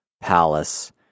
palace